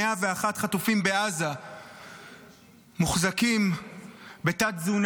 101 חטופים בעזה מוחזקים בתת-תזונה,